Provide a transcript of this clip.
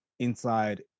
Inside